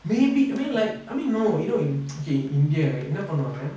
maybe I mean like I mean no you know in okay india right என்ன பன்னுவாங்க:enna pannuvaanga lah